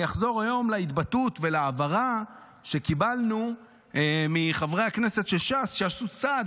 אני אחזור היום להתבטאות ולהבהרה שקיבלנו מחברי הכנסת של ש"ס שעשו צעד.